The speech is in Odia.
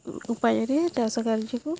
ଉପାୟରେ ଚାଷ କାର୍ଯ୍ୟକୁ